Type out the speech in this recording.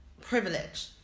privilege